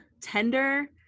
tender